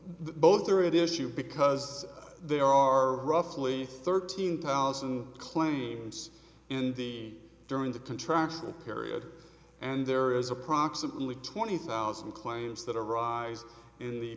both or it is you because there are roughly thirteen thousand claims in the during the contract period and there is approximately twenty thousand claims that arise in the